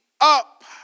up